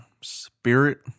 spirit